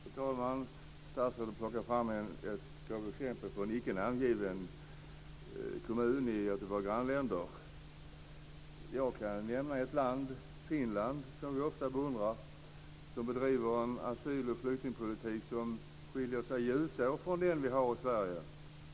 Fru talman! Statsrådet plockar fram ett exempel på en icke namngiven kommun i ett av våra grannländer. Jag kan nämna ett land, Finland, som vi ofta beundrar. Finland bedriver en asyl och flyktingpolitik som skiljer sig ljusår från den vi har i Sverige.